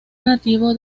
nativo